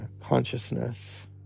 consciousness